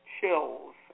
chills